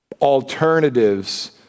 alternatives